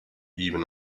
even